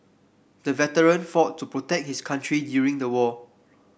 the veteran fought to protect his country during the war